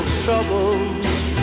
troubles